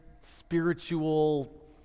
spiritual